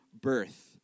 birth